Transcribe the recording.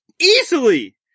Easily